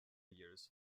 years